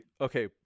Okay